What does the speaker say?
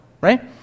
Right